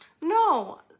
No